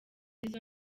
izo